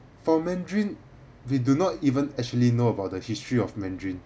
for mandarin we do not even actually know about the history of mandarin